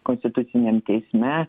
konstituciniam teisme